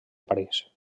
parís